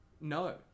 No